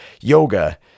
yoga